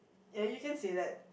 ya you can say that